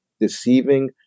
deceiving